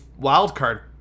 wildcard